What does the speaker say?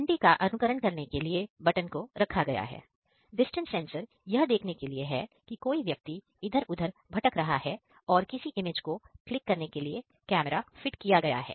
घंटी का अनुकरण करने के लिए बटन को रखा गया है डिस्टेंस सेंसर यह देखने के लिए है कि कोई व्यक्ति इधर उधर भटक रहा है और किसी इमेज को क्लिक करने के लिए कैमरा फिट किया गया है